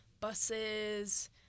buses